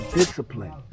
discipline